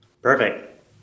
Perfect